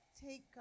take